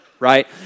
right